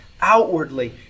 outwardly